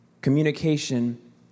communication